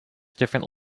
different